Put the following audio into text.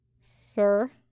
Sir